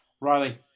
Riley